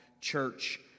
church